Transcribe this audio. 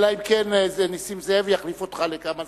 אלא אם כן נסים זאב יחליף אותך לכמה זמן,